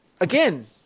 again